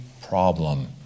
problem